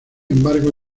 embargo